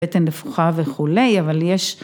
‫בטן נפוחה וכולי, אבל יש...